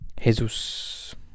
Jesus